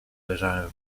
leżałem